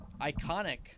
iconic